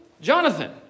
Jonathan